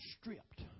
stripped